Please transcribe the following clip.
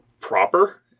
Proper